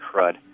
crud